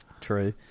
True